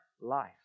life